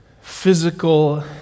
Physical